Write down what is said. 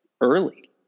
early